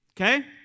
Okay